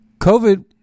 COVID